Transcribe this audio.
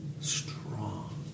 strong